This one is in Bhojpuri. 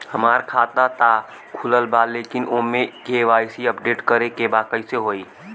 हमार खाता ता खुलल बा लेकिन ओमे के.वाइ.सी अपडेट करे के बा कइसे होई?